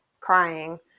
crying